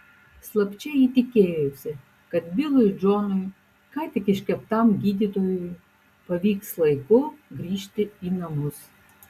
slapčia ji tikėjosi kad bilui džonui ką tik iškeptam gydytojui pavyks laiku grįžti į namus